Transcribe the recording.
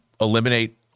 eliminate